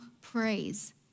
praise